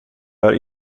har